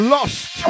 Lost